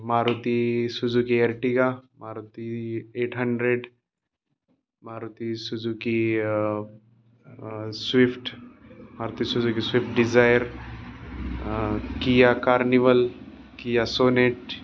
Maruti Suzuki Ertiga Maruti eight hundred Maruti Suzuki swift Maruti Suzuki swift Dzire Kia carnival Kia Sonet